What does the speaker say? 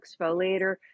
exfoliator